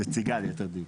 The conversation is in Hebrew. נציגה ליתר דיוק.